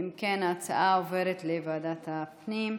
ואם כן, ההצעה עוברת לוועדת הפנים.